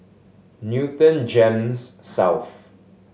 Newton GEMS South